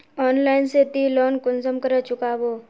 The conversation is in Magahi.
ऑनलाइन से ती लोन कुंसम करे चुकाबो?